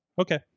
Okay